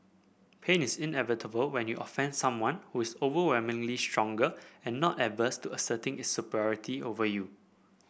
pain is inevitable when you offend someone who is overwhelmingly stronger and not averse to asserting its superiority over you